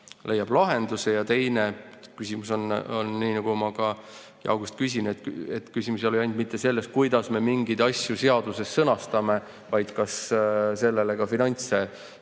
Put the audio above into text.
leiab lahenduse, ja teine küsimus on nii, nagu ma ka Jaagu käest küsisin, et küsimus ei ole ju ainult selles, kuidas me mingeid asju seaduses sõnastame, vaid kas sellele ka finantse